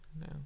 no